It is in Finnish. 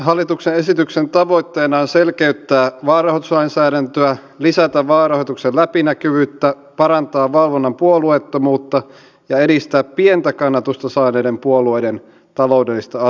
hallituksen esityksen tavoitteena on selkeyttää vaalirahoituslainsäädäntöä lisätä vaalirahoituksen läpinäkyvyyttä parantaa valvonnan puolueettomuutta ja edistää pientä kannatusta saaneiden puolueiden taloudellista asemaa